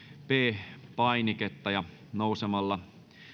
p painiketta ja nousemalla